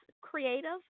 creative